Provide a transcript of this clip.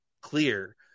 clear